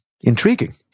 Intriguing